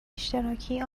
اشتراکی